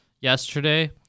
yesterday